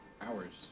Hours